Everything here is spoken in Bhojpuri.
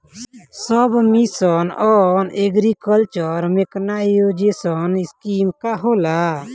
सब mission on agriculture mechanization scheme का होला?